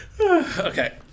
Okay